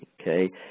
okay